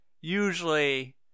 usually